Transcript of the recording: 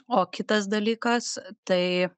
o kitas dalykas tai